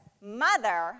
mother